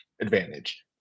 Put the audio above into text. advantage